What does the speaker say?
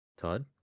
Todd